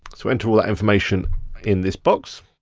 so enter all that information in this box.